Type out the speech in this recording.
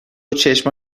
چشم